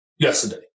yesterday